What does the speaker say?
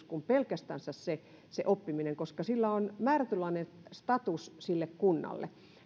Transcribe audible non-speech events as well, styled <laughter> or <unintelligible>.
<unintelligible> kuin pelkästään se se oppiminen koska sillä on määrätynlainen status sille kunnalle